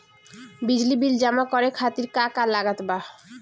बिजली बिल जमा करे खातिर का का लागत बा?